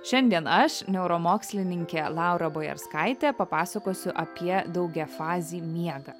šiandien aš neuromokslininkė laura bojarskaitė papasakosiu apie daugiafazį miegą